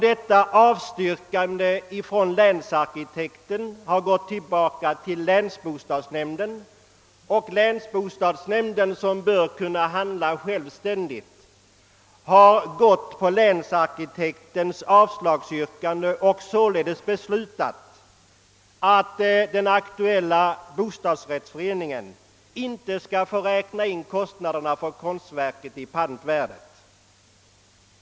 Detta avstyrkande av länsarkitekten har föranlett länsbostadsnämden, som bör kunna handla självständigt, att i enlighet med länsarkitektens avslagsyrkande besluta, att den aktuella bostadsrättsföreningen inte skall få räkna in kostnaderna för konstverket i pantvärdet.